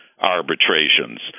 arbitrations